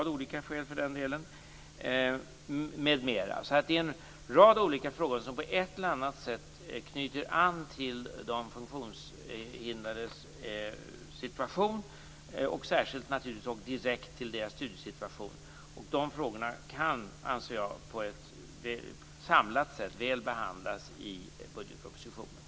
Det är en rad olika frågor som på ett eller annat sätt knyter an till de funktionshindrades situation och särskilt till deras studiesituation. De frågorna kan väl, anser jag, behandlas samlat i budgetpropositionen.